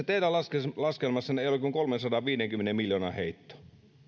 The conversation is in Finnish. teidän laskelmassanne ei ole kuin kolmensadanviidenkymmenen miljoonan heitto